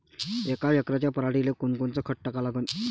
यका एकराच्या पराटीले कोनकोनचं खत टाका लागन?